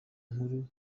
nkuru